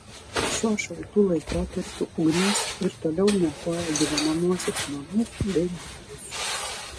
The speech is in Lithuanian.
šiuo šaltu laikotarpiu ugnis ir toliau niokoja gyvenamuosius namus bei butus